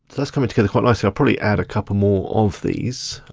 so that's coming together quite nicely. i'll probably add a couple more of these.